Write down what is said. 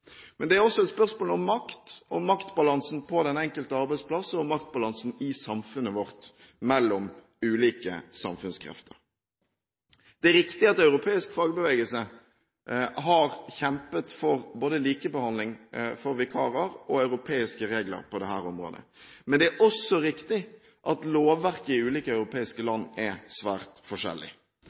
Men det er også et spørsmål om makt – om maktbalansen på den enkelte arbeidsplass og maktbalansen i samfunnet vårt mellom ulike samfunnskrefter. Det er riktig at europeisk fagbevegelse har kjempet for både likebehandling for vikarer og europeiske regler på dette området. Men det er også riktig at lovverket i ulike europeiske land er svært forskjellig.